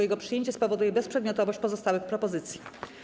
Jego przyjęcie spowoduje bezprzedmiotowość pozostałych propozycji.